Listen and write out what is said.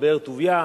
בבאר-טוביה,